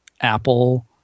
Apple